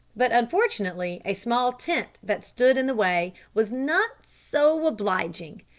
but unfortunately a small tent that stood in the way was not so obliging.